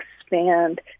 expand